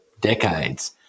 decades